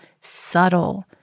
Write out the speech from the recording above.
subtle